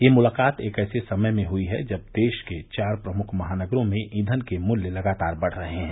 ये मुलाकात एक ऐसे समय में हई है जब देश के चार प्रमुख महानगरों में ईंधन के मुल्य लगातार बढ रहे हैं